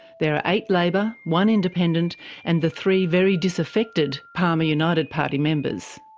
there are eight labor, one independent, and the three very disaffected palmer united party members.